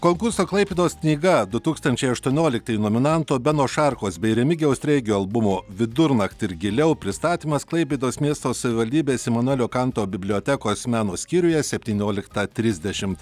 konkurso klaipėdos knyga du tūkstančiai aštuonioliktieji nominantų beno šarkos bei remigijaus treigio albumo vidurnaktį ir giliau pristatymas klaipėdos miesto savivaldybės imanuelio kanto bibliotekos meno skyriuje septynioliktą trisdešimt